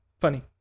funny